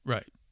Right